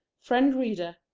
friend reader,